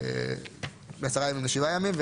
מעשרה ימים לשבעה ימים,